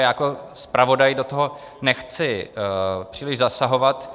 Já jako zpravodaj do toho nechci příliš zasahovat.